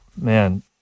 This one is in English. Man